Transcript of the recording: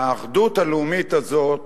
האחדות הלאומית הזאת